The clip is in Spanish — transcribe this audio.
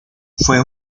fue